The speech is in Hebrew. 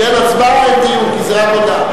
כשאין הצבעה אין דיון, כי זה רק הודעה.